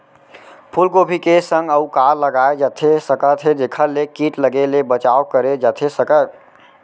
फूलगोभी के संग अऊ का लगाए जाथे सकत हे जेखर ले किट लगे ले बचाव करे जाथे सकय?